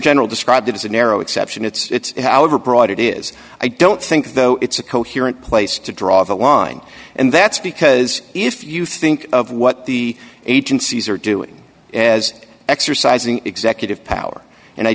general described it as a narrow exception it's however broad it is i don't think though it's a coherent place to draw the line and that's because if you think of what the agencies are doing as exercising executive power and i